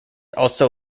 also